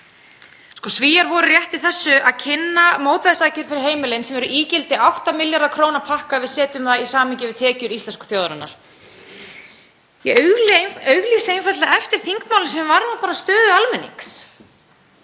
Svíar voru rétt í þessu að kynna mótvægisaðgerð fyrir heimilin sem er ígildi 8 milljarða kr. pakka ef við setjum það í samhengi við tekjur íslensku þjóðarinnar. Ég auglýsi einfaldlega eftir þingmáli sem varðar stöðu almennings.